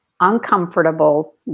uncomfortable